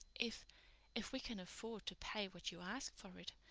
if if we can afford to pay what you ask for it,